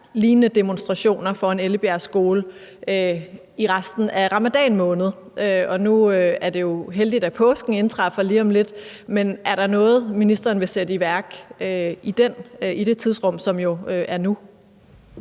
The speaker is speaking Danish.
lignende demonstrationer foran Ellebjerg Skole i resten af ramadanmåneden. Nu er det jo heldigt, at påsken indtræffer lige om lidt. Men er der noget, ministeren vil sætte i værk i det tidsrum, som jo er nu?